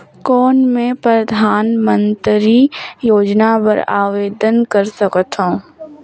कौन मैं परधानमंतरी योजना बर आवेदन कर सकथव?